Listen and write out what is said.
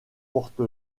porte